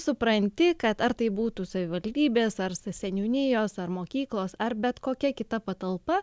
supranti kad ar tai būtų savivaldybės ar seniūnijos ar mokyklos ar bet kokia kita patalpa